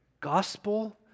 gospel